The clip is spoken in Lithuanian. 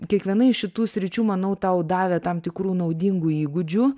kiekviena iš šitų sričių manau tau davė tam tikrų naudingų įgūdžių